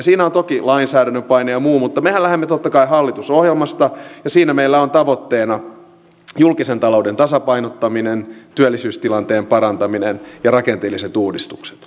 siinä on toki lainsäädännön paine ja muu mutta mehän lähdemme totta kai hallitusohjelmasta ja siinä meillä on tavoitteena julkisen talouden tasapainottaminen työllisyystilanteen parantaminen ja rakenteelliset uudistukset